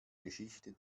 geschichte